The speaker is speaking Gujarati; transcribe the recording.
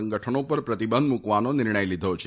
સંગઠનો ઉપર પ્રતિબંધ મુકવાનો નિર્ણય લીધો છે